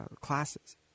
classes